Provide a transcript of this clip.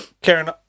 Karen